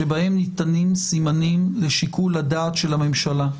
שבהם ניתנים סימנים לשיקול הדעת של הממשלה.